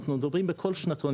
אנחנו מדברים בכל שנתון,